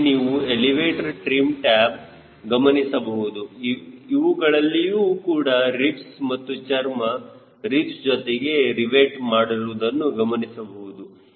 ಇಲ್ಲಿ ನೀವು elevator trim tab ಗಮ ಗಮನಿಸಬಹುದು ಇವುಗಳಲ್ಲಿಯೂ ಕೂಡ ರಿಬ್ಸ್ ಮತ್ತು ಚರ್ಮ ರಿಬ್ಸ್ ಜೊತೆಗೆ ರಿವೆಟ್ ಮಾಡಿರುವುದನ್ನು ಗಮನಿಸಬಹುದು